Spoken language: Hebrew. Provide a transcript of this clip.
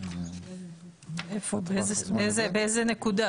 איפה, באיזו נקודה?